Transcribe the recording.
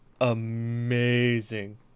Amazing